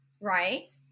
right